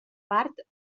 part